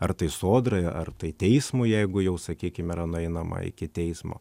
ar tai sodrai ar tai teismui jeigu jau sakykim yra nueinama iki teismo